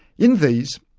in these,